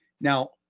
Now